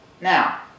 Now